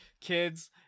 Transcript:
kids